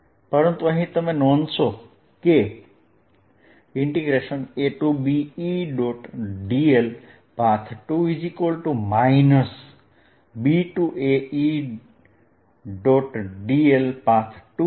પરંતુ અહીં નોંધો કે ABEdl | path 2 BAEdl | path 2 છે